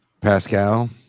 Pascal